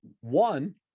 one